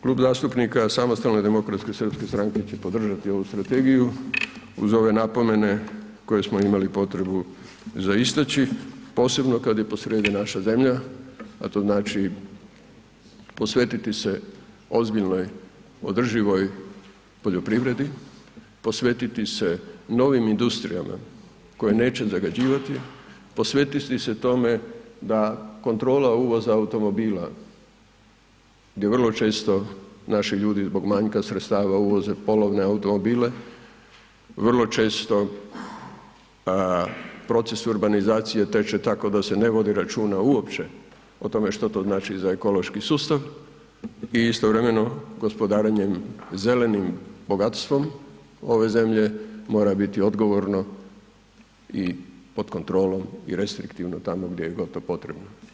Klub zastupnika SDSS-a će podržati ovu strategiju uz ove napomene koje smo imali potrebu za istaći, posebno kad je posredi naša zemlja, a to znači posvetiti se ozbiljnoj održivoj poljoprivredi, posvetiti se novim industrijama koje neće zagađivati, posvetiti se tome da kontrola uvoza automobila gdje vrlo često naši ljudi zbog manjka sredstava uvoze polovne automobile, vrlo često proces urbanizacije teče tako da se ne vodi računa uopće o tome što to znači za ekološki sustav i istovremeno gospodarenjem zelenim bogatstvom ove zemlje mora biti odgovorno i pod kontrolom i restriktivno tamo gdje god je to potrebno.